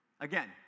Again